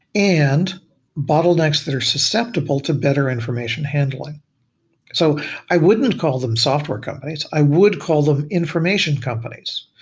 and bottlenecks that are susceptible to better information handling so i wouldn't call them software companies. i would call them information companies.